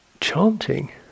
chanting